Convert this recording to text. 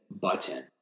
button